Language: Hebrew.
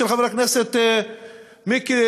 של חבר הכנסת מיקי,